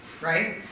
right